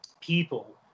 people